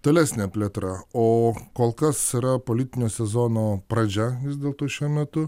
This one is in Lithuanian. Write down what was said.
tolesnę plėtrą o kol kas yra politinio sezono pradžia vis dėlto šiuo metu